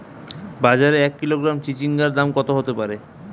বাজারে এক কিলোগ্রাম চিচিঙ্গার দাম কত হতে পারে?